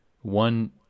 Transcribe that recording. one